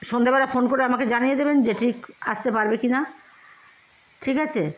সন্ধেবেলা ফোন করে আমাকে জানিয়ে দেবেন যে ঠিক আসতে পারবে কি না ঠিক আছে